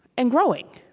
and growing,